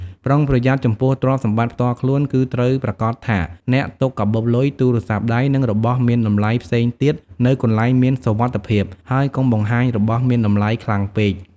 ប្រុងប្រយ័ត្នចំពោះទ្រព្យសម្បត្តិផ្ទាល់ខ្លួន គឺត្រូវប្រាកដថាអ្នកទុកកាបូបលុយ ទូរស័ព្ទដៃ និងរបស់មានតម្លៃផ្សេងទៀតនៅកន្លែងមានសុវត្ថិភាព ហើយកុំបង្ហាញរបស់មានតម្លៃខ្លាំងពេក។